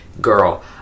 girl